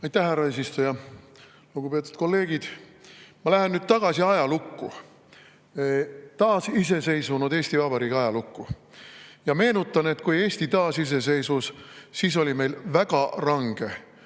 Aitäh, härra eesistuja! Lugupeetud kolleegid! Ma lähen tagasi ajalukku, taasiseseisvunud Eesti Vabariigi ajalukku ja meenutan, et kui Eesti taasiseseisvus, siis oli meil väga range